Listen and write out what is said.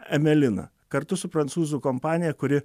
emelina kartu su prancūzų kompanija kuri